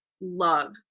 love